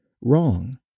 wrong